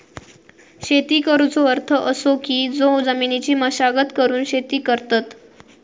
शेती करुचो अर्थ असो की जो जमिनीची मशागत करून शेती करतत